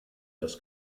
das